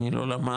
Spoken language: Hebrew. אני לא למ"ס,